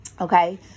okay